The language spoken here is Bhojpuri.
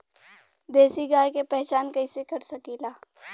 देशी गाय के पहचान कइसे कर सकीला?